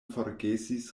forgesis